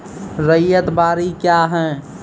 रैयत बाड़ी क्या हैं?